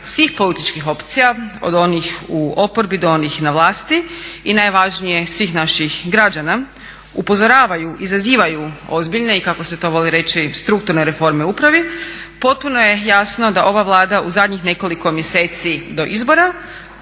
svih političkih opcija, od onih u oporbi do onih na vlasti i najvažnije svih naših građana upozoravaju, izazivaju ozbiljne i kako se to voli reći strukturne reforme u upravi potpuno je jasno da ova Vlada u zadnjih nekoliko mjeseci do izbora